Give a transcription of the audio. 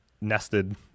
nested